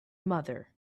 mother